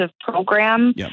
program